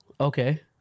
Okay